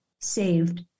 saved